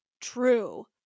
true